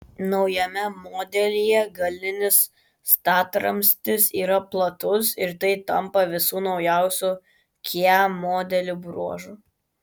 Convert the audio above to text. naujame modelyje galinis statramstis yra platus ir tai tampa visų naujausių kia modelių bruožu